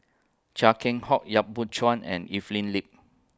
Chia Keng Hock Yap Boon Chuan and Evelyn Lip